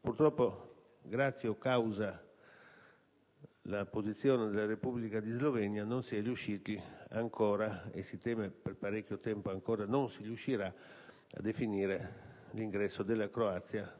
purtroppo - grazie o a causa della posizione della Repubblica di Slovenia - non si è riusciti ancora (e si teme per parecchio tempo non si riuscirà) a definire l'ingresso della Croazia